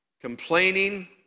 Complaining